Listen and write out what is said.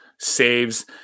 saves